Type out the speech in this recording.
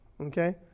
okay